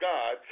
God